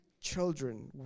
children